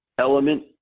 element